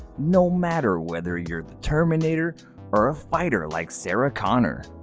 no matter whether you're the terminator or a fighter like sarah connor.